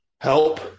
help